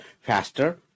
faster